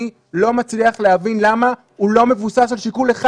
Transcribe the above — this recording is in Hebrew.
אני לא מצליח להבין למה הוא לא מבוסס על שיקול אחד,